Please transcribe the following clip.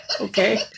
Okay